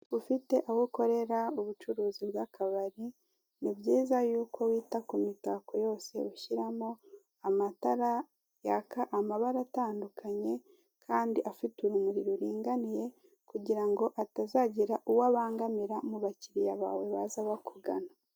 Ufite aho ukorera ubucuruzi bw'akabari, ni byiza yuko wita ku mitako yose ushyiramo, amatara yaka amabara atandukanye, kandi afite urumuri ruringaniye, kugira ngo atazagira uwo abangamira, mu bakiriya bawe baza bakugana.